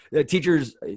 teachers